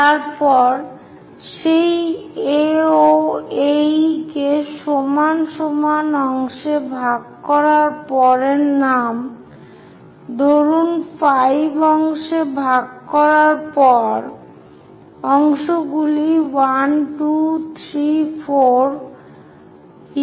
তারপর সেই AO AE কে সমান সমান অংশে ভাগ করার পরের নাম ধরুন 5 অংশে ভাগ করার পর অংশগুলি 1 2 3 4 হিসাবে বিভাজিত হবে